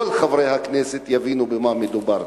כל חברי הכנסת יבינו במה מדובר.